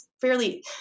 fairly